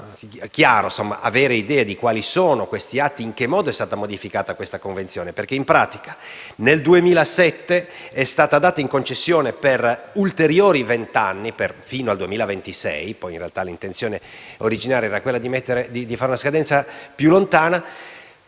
chiaro e avere idea di quali siano questi atti e in che modo è stata modificata questa convenzione. In pratica, nel 2007 è stata data in concessione per ulteriori venti anni, fino al 2026 (ma l'intenzione originaria era quella di fissare una scadenza più lontana),